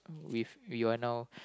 with you are now